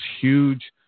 huge